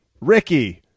Ricky